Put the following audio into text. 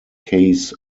case